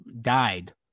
died